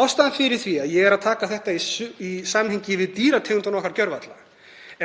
Ástæðan fyrir því að ég er að taka þetta í samhengi við dýrategund okkar gjörvalla